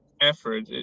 effort